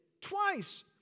Twice